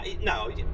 No